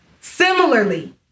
Similarly